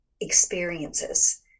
experiences